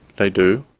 they do.